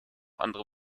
andere